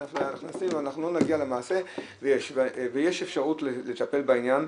אין אפליה ואנחנו לא נגיע למעשה ויש אפשרות לטפל בעניין.